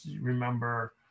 remember